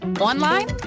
Online